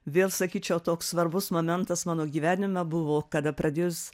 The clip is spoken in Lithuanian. vėl sakyčiau toks svarbus momentas mano gyvenime buvo kada pradėjus